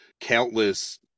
countless